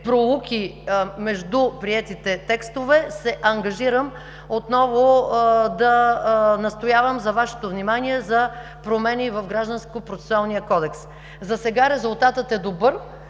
пролуки между приетите текстове, се ангажирам отново да настоявам за Вашето внимание за промени в Гражданския процесуален кодекс. За сега резултатът е добър.